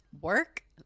Work